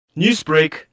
Newsbreak